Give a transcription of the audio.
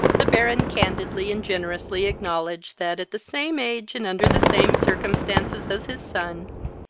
the baron candidly and generously acknowledged, that, at the same age, and under the same circumstances as his son,